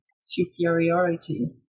superiority